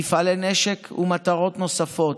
מפעלי נשק ומטרות נוספות.